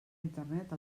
internet